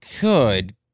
Good